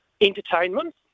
entertainment